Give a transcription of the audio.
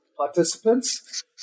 participants